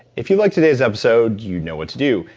if you liked today's episode, you know what to do.